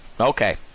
Okay